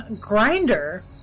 Grinder